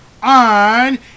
on